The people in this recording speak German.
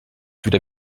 wieder